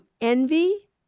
envy